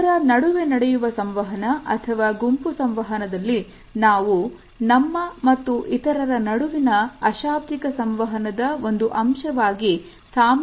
ಇಬ್ಬರ ನಡುವೆ ನಡೆಯುವ ಸಂವಹನ ಅಥವಾ ಗುಂಪು ಸಂವಹನದಲ್ಲಿ ನಾವು ನಮ್ಮ ಮತ್ತು ಇತರರ ನಡುವಿನ ಅಶಾಬ್ದಿಕ ಸಂವಹನದ ಒಂದು ಅಂಶವಾಗಿ ಸಾಮೀಪ್ಯತೆಯ ಅಂತರವನ್ನು ನೋಡುತ್ತೇವೆ